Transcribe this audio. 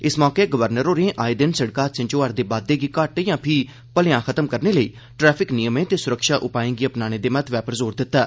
इस मौके गवर्नर होरे आए दिन सड़क हादसें च होआ रदे बाद्दें गी घट्ट या भलेआं खत्म करने लेई ट्रैफिक नियमें ते सुरक्षा उपाएं गी अपनाने दे महत्वै पर जोर दित्ता